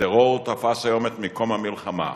היום הטרור תפס את מקום המלחמה.